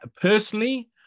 personally